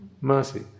Mercy